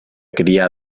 criar